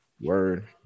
Word